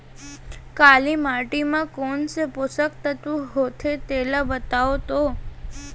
काली माटी म कोन से पोसक तत्व होथे तेला बताओ तो?